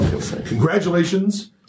Congratulations